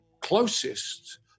closest